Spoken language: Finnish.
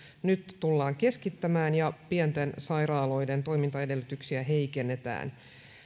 nyt tullaan keskittämään ja pienten sairaaloiden toimintaedellytyksiä heikennetään